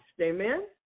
Amen